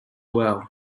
well